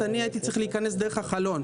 הייתי צריך להיכנס דרך החלון.